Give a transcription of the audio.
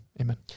Amen